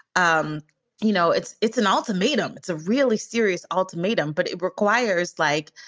um you know, it's it's an ultimatum. it's a really serious ultimatum, but it requires, like,